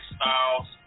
Styles